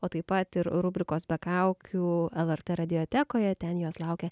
o taip pat ir rubrikos be kaukių el er t radijotekoje ten jos laukia